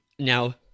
Now